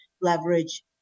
leverage